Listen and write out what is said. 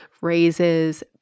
raises